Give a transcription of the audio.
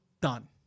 Done